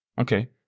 Okay